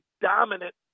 dominant